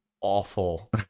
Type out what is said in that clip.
awful